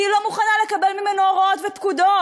היא לא מוכנה לקבל ממנו הוראות ופקודות.